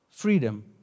Freedom